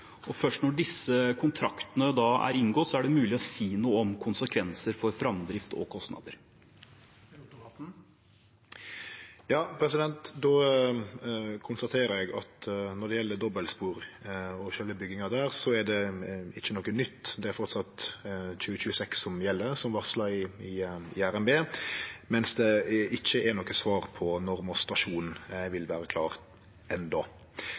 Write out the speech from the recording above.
Først når disse kontraktene er inngått, er det mulig å si noe om konsekvenser for framdrift og kostnader. Då konstaterer eg at når det gjeld dobbeltspor og sjølve bygginga der, er det ikkje noko nytt – det er framleis 2026 som gjeld, som varsla i RNB, mens det enno ikkje er noko svar på når Moss stasjon vil vere klar.